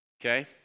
Okay